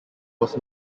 was